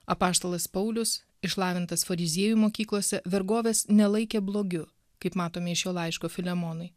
apaštalas paulius išlavintas fariziejų mokyklose vergovės nelaikė blogiu kaip matome iš jo laiško filemonui